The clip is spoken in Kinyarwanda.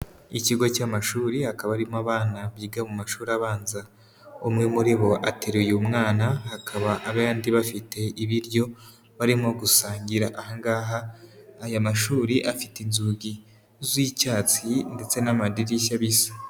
Ikigo cy'amashuri hakaba harimo abana biga mu mashuri abanza, umwe muri bo ateruye umwana hakaba abandi bafite ibiryo barimo gusangira, aha ngaha aya mashuri afite inzugi z'icyatsi ndetse n'amadirishya bisa.